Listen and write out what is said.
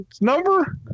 number